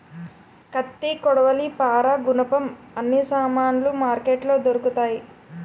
కత్తి కొడవలి పారా గునపం అన్ని సామానులు మార్కెట్లో దొరుకుతాయి